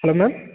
hello ma'am